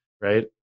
right